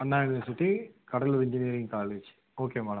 Anna university Cuddalore engineering college okay madam